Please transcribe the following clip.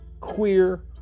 queer